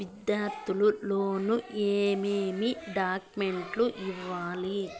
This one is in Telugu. విద్యార్థులు లోను ఏమేమి డాక్యుమెంట్లు ఇవ్వాలి?